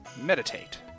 meditate